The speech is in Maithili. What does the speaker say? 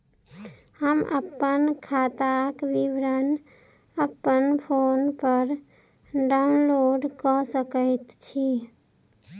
हम अप्पन खाताक विवरण अप्पन फोन पर डाउनलोड कऽ सकैत छी?